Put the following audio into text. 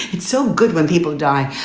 it's so good. when people die,